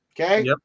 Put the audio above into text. Okay